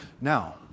Now